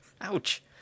Ouch